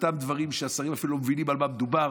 אותם דברים שהשרים אפילו לא מבינים על מה מדובר.